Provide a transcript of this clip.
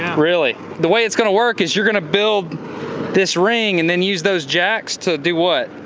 really? the way it's going to work is you're gonna build this ring, and then use those jacks to do what?